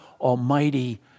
Almighty